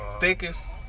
thickest